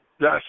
Yes